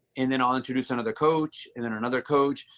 and then i'll introduce another coach and then another coach.